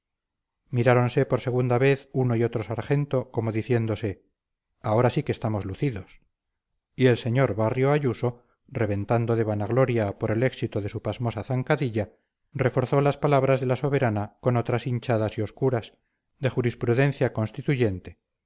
miráronse por segunda vez uno y otro sargento como diciéndose ahora sí que estamos lucidos y el sr barrio ayuso reventando de vanagloria por el éxito de su pasmosa zancadilla reforzó las palabras de la soberana con otras hinchadas y obscuras de jurisprudencia constituyente